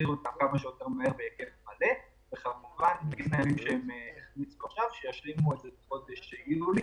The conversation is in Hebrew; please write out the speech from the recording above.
אתם מודעים לזה שאנשים הלכו היום לעבודה?